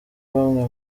bamwe